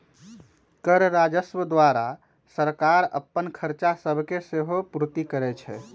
कर राजस्व द्वारा सरकार अप्पन खरचा सभके सेहो पूरति करै छै